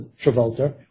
Travolta